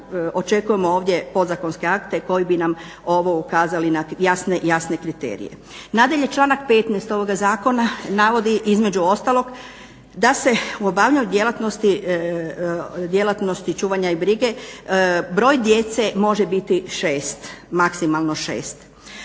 očekujemo ovdje podzakonske akte koji bi nam ovo ukazali na jasne, jasne kriterije. Nadalje članak 15. ovoga zakona navodi između ostalog da se u obavljanju djelatnosti čuvanja i brige broj djece može biti maksimalno 6.